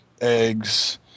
eggs